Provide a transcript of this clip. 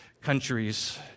countries